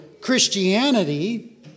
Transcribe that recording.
Christianity